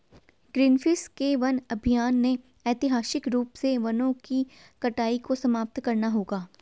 Greenpeace के वन अभियान ने ऐतिहासिक रूप से वनों की कटाई को समाप्त करना होगा